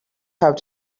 have